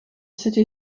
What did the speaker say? city